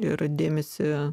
ir dėmesį